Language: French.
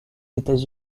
états